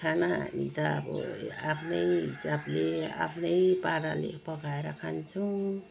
खाना हामी त अब आफ्नै हिसाबले आफ्नै पाराले पकाएर खान्छौँ